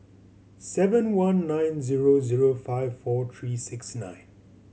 seven one nine zero zero five four three six nine